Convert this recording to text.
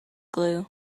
glue